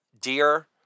dear